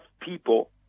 people